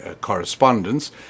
correspondence